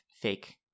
fake